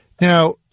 Now